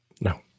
no